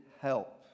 help